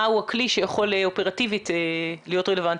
הוא הכלי שיכול אופרטיבית להיות רלוונטי.